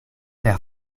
per